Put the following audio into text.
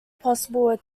possible